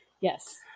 Yes